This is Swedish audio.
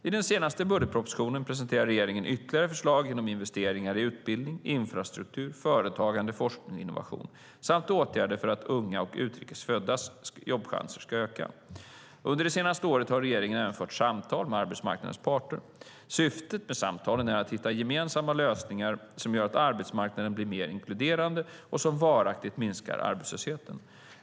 I den senaste budgetpropositionen presenterade regeringen ytterligare förslag genom investeringar i utbildning, infrastruktur, företagande, forskning och innovation samt åtgärder för att öka unga och utrikes föddas jobbchanser. Under det senaste året har regeringen även fört samtal med arbetsmarknadens parter. Syftet med samtalen är att hitta gemensamma lösningar som gör arbetsmarknaden mer inkluderande och som varaktigt minskar arbetslösheten.